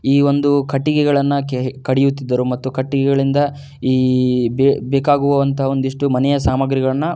ಈ ಒಂದೂ ಕಟ್ಟಿಗೆಗಳನ್ನು ಕೆ ಕಡಿಯುತ್ತಿದರು ಮತ್ತು ಕಟ್ಟಿಗೆಗಳಿಂದ ಈ ಬೇಕಾಗುವಂಥ ಒಂದಿಷ್ಟು ಮನೆಯ ಸಾಮಗ್ರಿಗಳನ್ನು